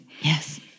yes